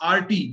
RT